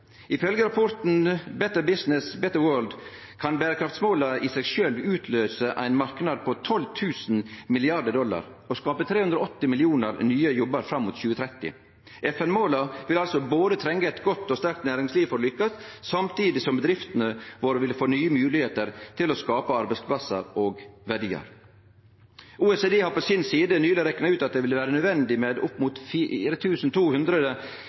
kan berekraftsmåla i seg sjølv utløyse ein marknad på 12 000 mrd. dollar og skape 380 millionar nye jobbar fram mot 2030. FN-måla vil altså trenge eit godt og sterkt næringsliv for å lykkast, samtidig som bedriftene våre vil få nye moglegheiter til å skape arbeidsplassar og verdiar. OECD har på si side nyleg rekna ut at det vil vere nødvendig med opp